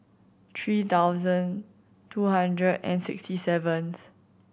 three thousand two hundred and sixty seventh